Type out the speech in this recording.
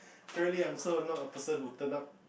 apparently I'm so not a person who turned up